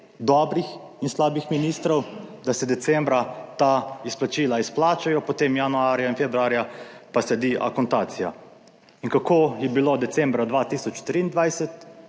dobrih in slabih ministrov, da se decembra ta izplačila izplačajo, potem januarja in februarja pa sledi akontacija. In kako je bilo decembra 2023?